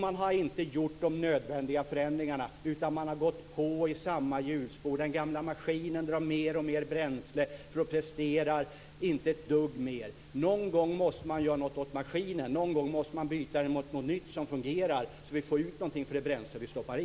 Man har inte gjort de nödvändiga förändringarna, utan gått på i samma hjulspår. Den gamla maskinen drar mer och mer bränsle utan att prestera ett dugg mer. Någon gång måste man göra något åt maskinen. Någon gång måste man byta den mot något nytt som fungerar så att vi får ut något för det bränsle vi stoppar i.